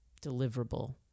deliverable